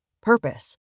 Purpose